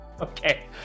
okay